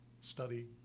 study